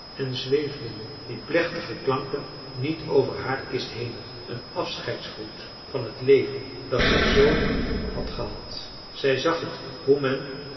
en zweefden die plechtige klanken niet over haar kist henen een afscheidsgroet van het leven dat zij z lief had gehad marcellus emants een drietal novellen zij zag t hoe men